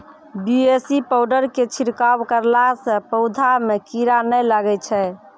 BAC powder के छिड़काव करला से पौधा मे कीड़ा नैय लागै छै?